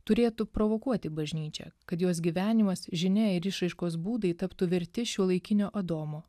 turėtų provokuoti bažnyčią kad jos gyvenimas žinia ir išraiškos būdai taptų verti šiuolaikinio adomo